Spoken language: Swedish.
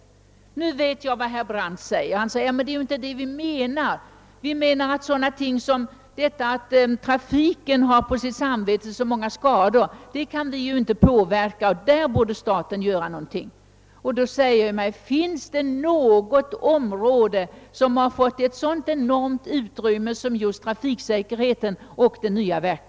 Nu vet jag att herr Brandt invänder: »Det är inte det vi menar. Vi kan ju inte påverka ett sådant förhållande som att trafiken har så många skador på sitt samvete. Där borde staten göra någonting.« Men finns det någonting som har fått ett så enormt utrymme som just trafiksäkerhetsarbetet med ett helt nytt verk?